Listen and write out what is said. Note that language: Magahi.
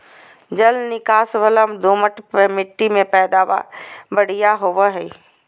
जल निकास वला दोमट मिट्टी में पैदावार बढ़िया होवई हई